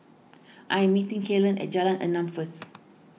I am meeting Kaylen at Jalan Enam first